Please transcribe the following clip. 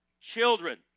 children